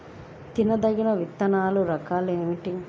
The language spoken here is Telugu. తినదగిన విత్తనాల రకాలు ఏమిటి?